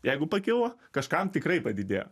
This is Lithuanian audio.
jeigu pakilo kažkam tikrai padidėjo